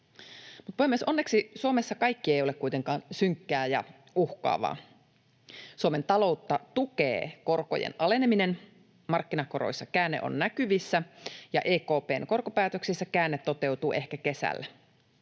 Onneksi Suomessa kaikki ei ole kuitenkaan synkkää ja uhkaavaa. Suomen taloutta tukee korkojen aleneminen. Markkinakoroissa käänne on näkyvissä, ja EKP:n korkopäätöksissä käänne toteutuu ehkä kesällä.